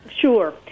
Sure